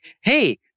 hey